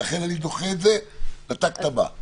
ולכן אני דוחה את זה לטקט הבא.